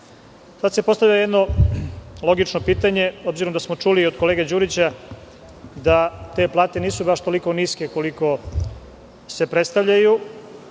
zakonom. Postavlja se jedno logično pitanje, obzirom da smo čuli od kolege Đurića da te plate nisu baš toliko niske koliko se predstavljaju,